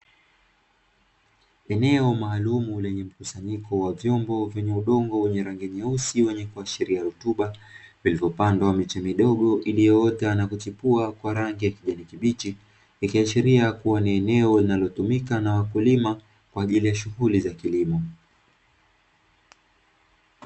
Eneo maalumu lenye mkusanyiko wa vyombo vyenye udongo wenye rangi nyeusi wenye kuashiria rutuba. Vilivyopandwa miche midogo iliyoota na kuchipua kwa rangi ya kijani kibichi. Ikiashiria kuwa ni eneo linalotumika na wakulima kwaajili ya shughuli za kilimo.